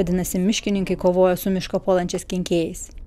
vadinasi miškininkai kovoja su mišką puolančiais kenkėjais